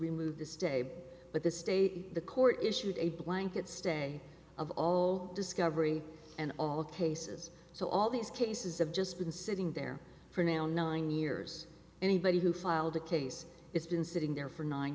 remove this day but the state the court issued a blanket stay of all discovery and all of the cases so all these cases have just been sitting there for now nine years anybody who filed a case it's been sitting there for nine